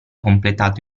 completato